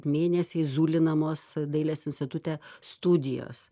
mėnesiai zulinamos dailės institute studijos